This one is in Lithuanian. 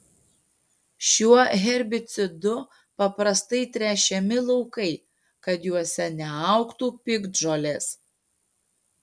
šiuo herbicidu paprastai tręšiami laukai kad juose neaugtų piktžolės